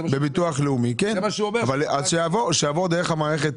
אז שיעבור דרך המערכת.